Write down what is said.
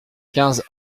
quinze